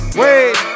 wait